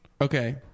Okay